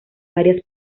varias